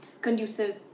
conducive